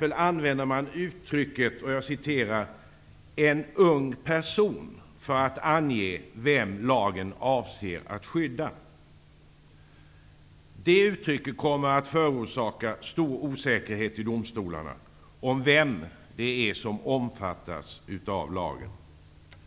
Man använder t.ex. uttrycket ''en ung person'' för att ange vem lagen avser att skydda. Det uttrycket kommer att förorsaka stor osäkerhet i domstolarna om vem det är som omfattas av lagen.